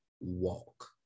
walk